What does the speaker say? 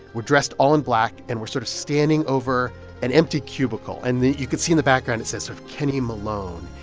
we're dressed all in black. and we're sort of standing over an empty cubicle. and you could see in the background, it says sort of kenny malone.